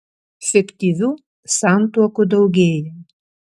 fiktyvių santuokų daugėja